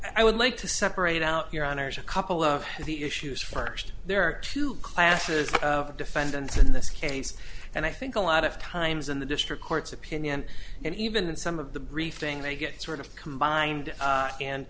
i would like to separate out your honors a couple of the issues first there are two classes of defendants in this case and i think a lot of times in the district court's opinion and even in some of the briefing they get sort of combined